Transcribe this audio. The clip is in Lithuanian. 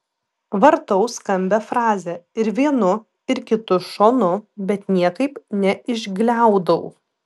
vartau skambią frazę ir vienu ir kitu šonu bet niekaip neišgliaudau